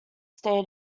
stay